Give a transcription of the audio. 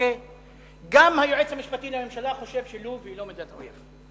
גם היועץ המשפטי לממשלה חושב שלוב היא לא מדינת אויב.